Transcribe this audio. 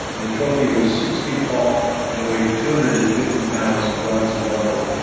the trophy was six feet tall and it weighed two hundred and fifty pounds of bronze and marble,